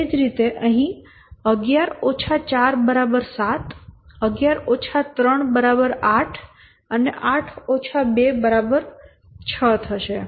એ જ રીતે અહીં 11 4 7 11 3 8 અને 8 2 6 થશે